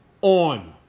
on